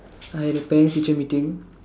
I had a parents teacher meeting